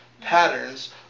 patterns